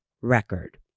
record